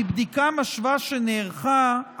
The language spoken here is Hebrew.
מבדיקה משווה שנערכה,